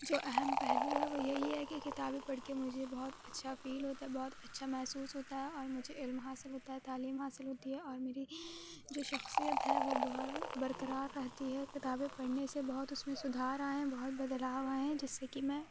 جو اہم پہلو ہے وہ یہی ہے کہ کتابیں پڑھ کے مجھے بہت اچھا فیل ہوتا بہت اچھا محسوس ہوتا ہے اور مجھے علم حاصل ہوتا ہے تعلیم حاصل ہوتی ہے اور میری جو شخصیت ہے وہ برقرار رہتی ہے کتابیں پڑھنے سے بہت اُس میں سدھار آئے ہیں بہت بدلاؤ آئے ہیں جس سے کہ میں